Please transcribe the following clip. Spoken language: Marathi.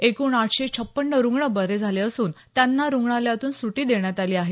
एकूण आठशे छप्पन्न रुग्ण बरे झाले असून त्यांना रुग्णालयातून सुटी देण्यात आली आहे